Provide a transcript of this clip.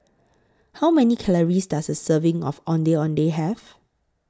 How Many Calories Does A Serving of Ondeh Ondeh Have